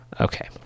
Okay